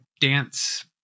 dance